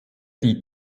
die